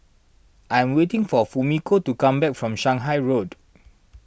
I am waiting for Fumiko to come back from Shanghai Road